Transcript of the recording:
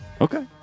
Okay